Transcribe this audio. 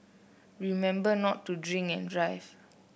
remember not to drink and drive